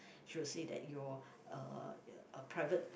she will say that your uh uh private